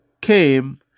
came